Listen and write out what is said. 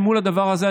אל מול הדבר הזה,